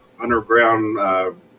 underground